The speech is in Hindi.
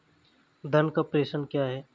धन का प्रेषण क्या है?